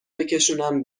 بکشونم